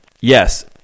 yes